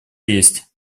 есть